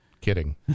Kidding